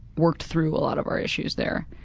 worked through a lot of our issues there,